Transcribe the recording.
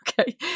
Okay